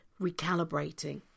recalibrating